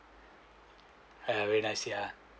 and very nice yeah